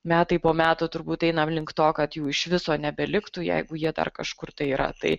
metai po metų turbūt einam link to kad jų iš viso nebeliktų jeigu jie dar kažkur tai yra tai